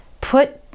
put